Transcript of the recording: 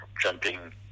jumping